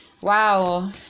Wow